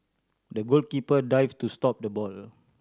the goalkeeper dived to stop the ball